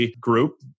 group